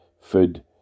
food